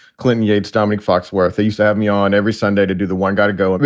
clinton, yates, dominique foxworth, you so have me on every sunday to do the one got to go. but